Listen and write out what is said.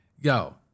Yo